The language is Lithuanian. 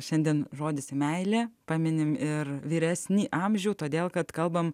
šiandien žodis meilė paminime ir vyresnį amžių todėl kad kalbame